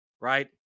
right